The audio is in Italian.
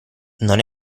non